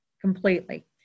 completely